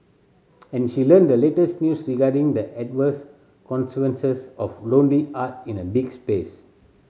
and she learnt the latest news regarding the adverse consequences of lonely art in a big space